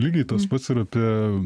lygiai tas pats ir apie